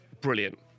brilliant